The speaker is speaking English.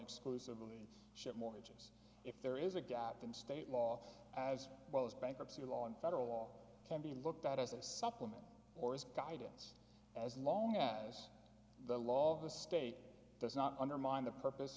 exclusively shit mortgages if there is a gap in state law as well as bankruptcy law and federal law can be looked at as a supplement or as guidance as long as the law of the state does not undermine the purpose